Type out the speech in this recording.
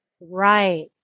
Right